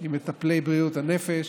עם מטפלי בריאות הנפש,